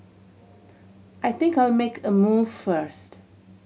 I think I'll make a move first